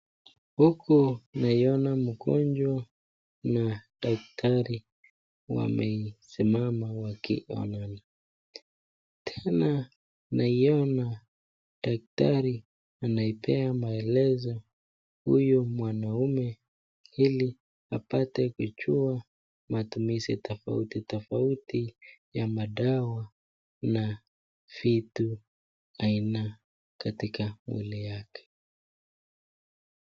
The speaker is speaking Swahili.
Huko naiona mgonjwa na daktari wamesimama wakionana. Tena naiona daktari anaipea maelezo huyo mwanaume ili apate kujua matumizi tofauti tofauti ya madawa na vitu aina katika mwili yake.